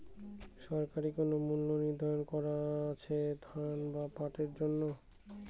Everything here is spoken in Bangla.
সরকারি কোন মূল্য নিধারন করা আছে ধান বা পাটের জন্য?